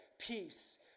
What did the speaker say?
peace